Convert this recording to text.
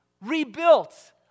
rebuilt